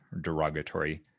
derogatory